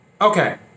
okay